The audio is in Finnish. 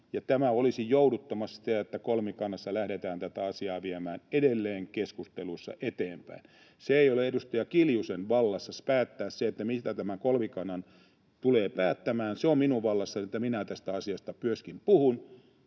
tämä olisi jouduttamassa sitä, että kolmikannassa lähdetään tätä asiaa viemään edelleen keskusteluissa eteenpäin. Ei ole edustaja Kiljusen vallassa päättää sitä, mitä tämä kolmikanta tulee päättämään. Se on minun vallassani, että myöskin minä tästä asiasta puhun.